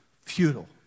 futile